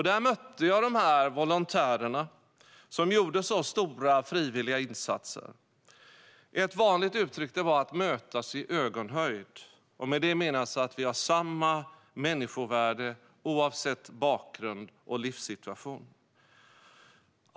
Där mötte jag volontärer som gjorde stora frivilliga insatser. Ett vanligt uttryck var att mötas i ögonhöjd. Med det menas att vi har samma människovärde oavsett bakgrund och livssituation.